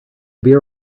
beer